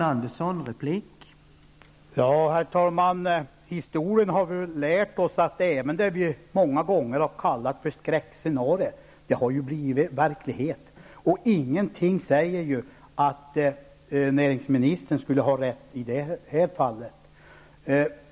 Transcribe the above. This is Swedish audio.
Herr talman! Historien har väl lärt oss att även det vi många gånger har kallat skräckscenarier har blivit verklighet. Och ingenting säger att näringsministern skulle ha rätt i det här fallet.